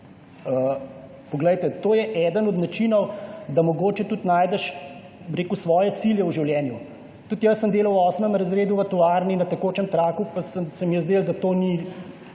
Poglejte, to je eden od načinov, da mogoče tudi najdeš svoje cilje v življenju. Tudi jaz sem delal v 8. razredu v tovarni na tekočem traku pa se mi je zdelo, da to ni